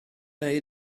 neu